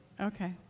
Okay